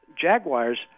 Jaguars